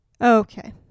Okay